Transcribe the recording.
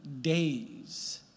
days